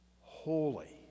holy